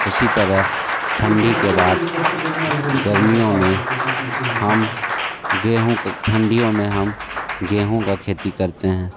उसी तरह ठंडी के बाद गर्मियों में हम गेहूँ का ठंडीओ में हम गेहूँ का खेती करते हैं